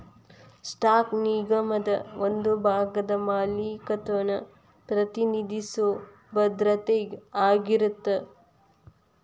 stock ನಿಗಮದ ಒಂದ ಭಾಗದ ಮಾಲೇಕತ್ವನ ಪ್ರತಿನಿಧಿಸೊ ಭದ್ರತೆ ಆಗಿರತ್ತ